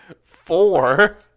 four